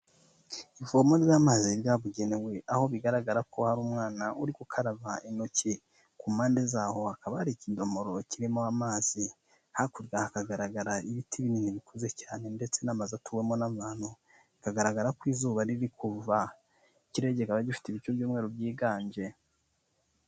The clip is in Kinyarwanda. Ivomo ry'amazi ryabugenewe. Aho bigaragara ko hari umwana uri gukaraba intoki. Ku mpande z'aho hakaba hari ikidomoro kirimo amazi. Hakurya hakagaragara ibiti binini bikuze cyane ndetse n'amazu atuwemo n'abantu. Bikagaragara ko izuba riri kuva. Ikirere kikaba gifite ibicu by'umweru byiganje.